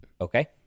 Okay